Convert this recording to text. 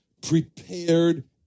prepared